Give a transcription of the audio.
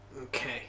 Okay